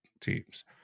teams